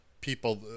people